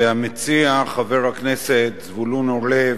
והמציע, חבר הכנסת זבולון אורלב,